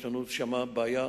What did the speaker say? יש לנו שם בעיה,